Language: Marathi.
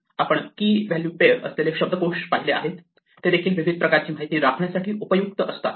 आपण की व्हॅल्यू पेयर असलेले शब्दकोश पाहिले आहेत ते देखील विविध प्रकारची माहिती राखण्यासाठी उपयुक्त असतात